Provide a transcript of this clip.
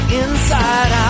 inside